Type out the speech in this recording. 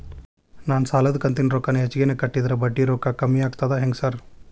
ನಾನ್ ಸಾಲದ ಕಂತಿನ ರೊಕ್ಕಾನ ಹೆಚ್ಚಿಗೆನೇ ಕಟ್ಟಿದ್ರ ಬಡ್ಡಿ ರೊಕ್ಕಾ ಕಮ್ಮಿ ಆಗ್ತದಾ ಹೆಂಗ್ ಸಾರ್?